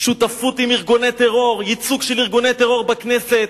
שותפות לארגוני טרור, ייצוג של ארגוני טרור בכנסת,